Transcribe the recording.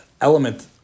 element